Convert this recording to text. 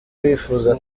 bifuza